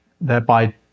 thereby